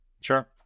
Sure